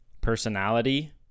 personality